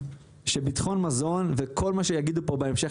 שביטחון מזון וכל מה שיגידו פה בהמשך